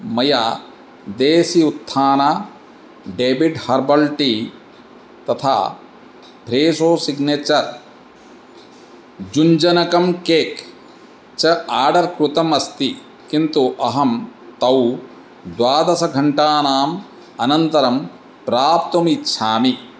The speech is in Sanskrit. मया देसी उत्थाना डैबिड् हर्बल् टी तथा फ़्रेसो सिग्नेचर् जुञ्जनकम् केक् च आर्डर् कृतमस्ति किन्तु अहं तौ द्वादशघण्टानाम् अनन्तरं प्राप्तुमिच्छामि